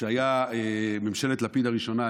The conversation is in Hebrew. כשהייתה ממשלת לפיד הראשונה,